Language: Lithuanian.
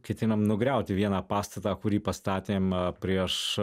ketinam nugriauti vieną pastatą kurį pastatėm prieš